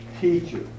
teacher